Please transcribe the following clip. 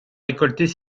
récolter